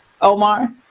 Omar